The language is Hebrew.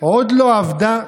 עוד לא אבדה"